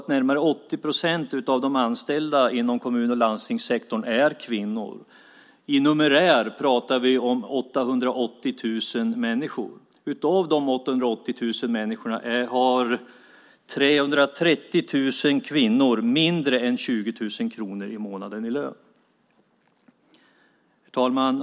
Närmare 80 procent av de anställda i kommun och landstingssektorn är kvinnor. Numerärt pratar vi om 880 000 människor. Av de 880 000 människorna har 330 000 kvinnor mindre än 20 000 kronor i månaden i lön. Herr talman!